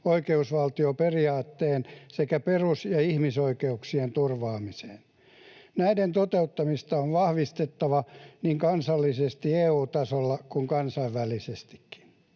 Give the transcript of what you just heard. oikeusvaltioperiaatteen sekä perus- ja ihmisoikeuksien turvaamiseen. Näiden toteuttamista on vahvistettava niin kansallisesti, EU-tasolla kuin kansainvälisestikin.